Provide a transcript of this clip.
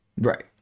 Right